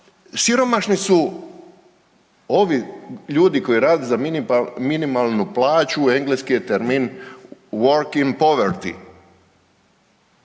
Siromašni su ovi ljudi koji rade za minimalnu plaću, engleski je termin working poverty.